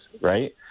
right